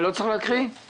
אנחנו